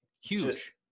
huge